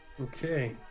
Okay